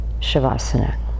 shavasana